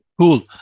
Cool